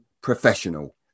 professional